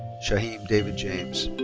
shaiheem david james.